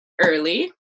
early